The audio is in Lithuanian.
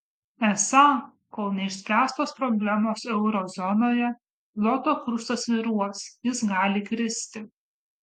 esą kol neišspręstos problemos euro zonoje zloto kursas svyruos jis gali kristi